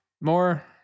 more